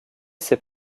ses